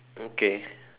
okay